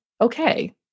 Okay